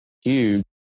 huge